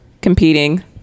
competing